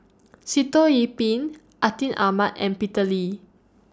Sitoh Yih Pin Atin Amat and Peter Lee